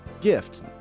Gift